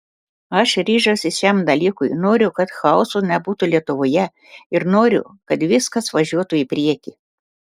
aš ryžausi šiam dalykui noriu kad chaoso nebūtų lietuvoje ir noriu kad viskas važiuotų į priekį